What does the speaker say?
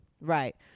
Right